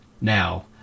now